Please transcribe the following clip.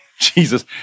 Jesus